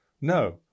No